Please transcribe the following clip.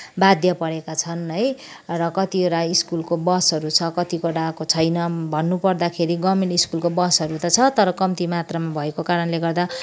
बाध्य परेका छन् है र कतिवटा स्कुलको बसहरू छ कतिवटाको छैन भन्नु पर्दाखेरि गभर्मेन्ट स्कुलको बसहरू त छ तर कम्ती मात्रामा भएको कारणले गर्दा